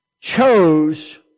chose